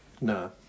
No